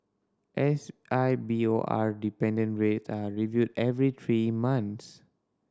S I B O R dependent rates are reviewed every three months